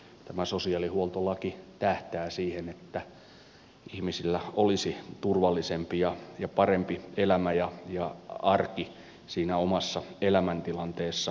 tämä sosiaalihuoltolaki tähtää siihen että ihmisillä olisi turvallisempi ja parempi elämä ja arki siinä omassa elämäntilanteessa